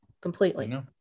completely